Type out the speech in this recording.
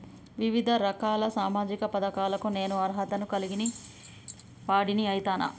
వివిధ రకాల సామాజిక పథకాలకు నేను అర్హత ను కలిగిన వాడిని అయితనా?